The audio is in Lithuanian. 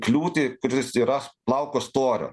kliūtį kuris yra plauko storio